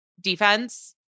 defense